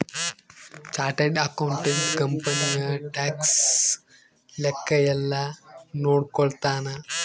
chartered accountant ಕಂಪನಿದು tax ಲೆಕ್ಕ ಯೆಲ್ಲ ನೋಡ್ಕೊತಾನ